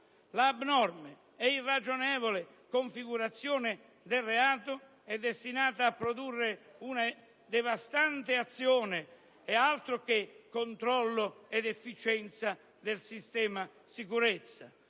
L'abnorme e irragionevole configurazione del reato è destinata a produrre una devastante azione. Altro che controllo ed efficienza del sistema sicurezza!